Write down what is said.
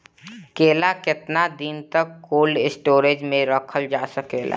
केला केतना दिन तक कोल्ड स्टोरेज में रखल जा सकेला?